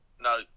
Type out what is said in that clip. No